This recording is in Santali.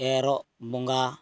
ᱮᱨᱚᱜ ᱵᱚᱸᱜᱟ